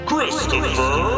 Christopher